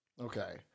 Okay